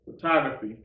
photography